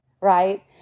right